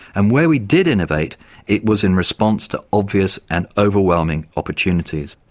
and where we did innovate it was in response to obvious and overwhelming opportunities.